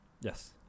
Yes